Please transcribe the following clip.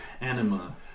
anima